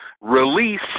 release